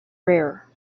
rare